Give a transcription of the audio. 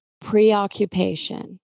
preoccupation